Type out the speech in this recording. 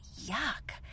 Yuck